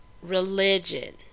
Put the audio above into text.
religion